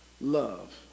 love